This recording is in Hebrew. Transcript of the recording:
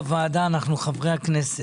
בוועדה, אנחנו חברי הכנסת.